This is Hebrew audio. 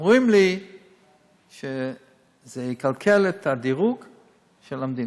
אומרים לי שזה יקלקל את הדירוג של המדינה.